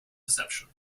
deception